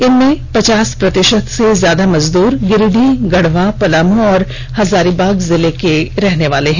इनमें पचास प्रतिशत से ज्यादा मजदूर गिरिडीह गढ़वा पलामू और हजारीबाग जिले के रहनेवाले हैं